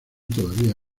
todavía